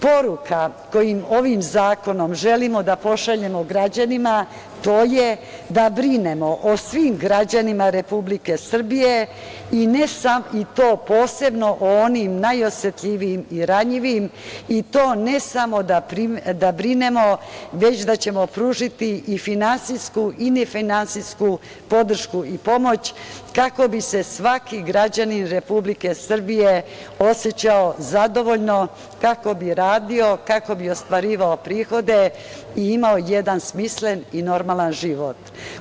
Poruka koju ovim zakonom želimo da pošaljemo građanima je da brinemo o svim građanima Republike Srbije, i to posebno o onim najosetljivijim i ranjivim, i to ne samo da brinemo, već da ćemo pružiti i finansijsku i nefinansijsku podršku i pomoć kako bi se svaki građanin Republike Srbije osećao zadovoljno, kako bi radio, kako bi ostvarivao prihode i imao jedan smislen i normalan život.